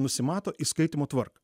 nusimato įskaitymo tvarką